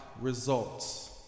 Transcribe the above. results